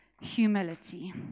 humility